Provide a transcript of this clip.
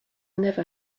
never